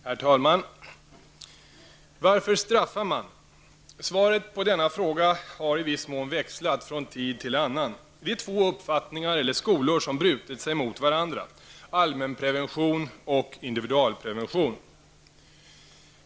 Herr talman! Varför straffar man? Svaret på denna fråga har i viss mån växlat från tid till annan. Det är två uppfattningar eller skolor som brutit sig mot varandra, allmänprevention och individualprevention.